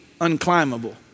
unclimbable